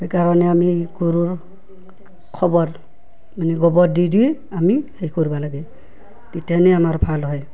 সেইকাৰণে আমি গৰুৰ খবৰ মানে গোবৰ দি দি আমি সেই কৰিব লাগে তিথানে আমাৰ ভাল হয়